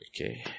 Okay